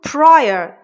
Prior